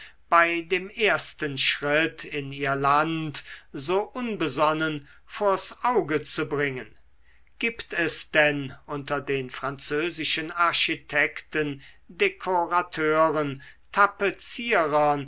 bei dem ersten schritt in ihr land so unbesonnen vors auge zu bringen gibt es denn unter den französischen architekten dekorateuren tapezierern